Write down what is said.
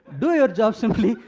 do your job simply,